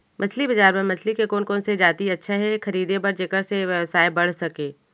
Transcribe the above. मछली बजार बर मछली के कोन कोन से जाति अच्छा हे खरीदे बर जेकर से व्यवसाय बढ़ सके?